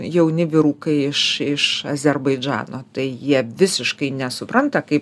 jauni vyrukai iš iš azerbaidžano tai jie visiškai nesupranta kai